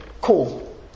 call